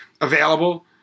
available